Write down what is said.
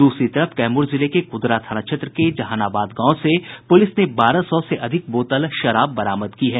दूसरी तरफ कैमूर जिले के कुदरा थाना क्षेत्र के जहानाबाद गांव से पुलिस ने बारह सौ से अधिक बोतल शराब बरामद की है